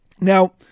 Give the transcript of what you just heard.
Now